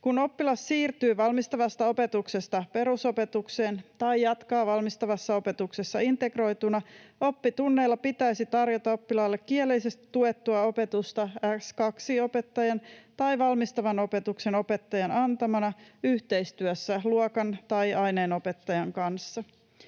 Kun oppilas siirtyy valmistavasta opetuksesta perusopetukseen tai jatkaa valmistavassa opetuksessa integroituna, oppitunneilla pitäisi tarjota oppilaalle kielellisesti tuettua opetusta S2-opettajan tai valmistavan opetuksen opettajan antamana yhteistyössä luokan- tai aineenopettajan kanssa.